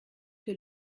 que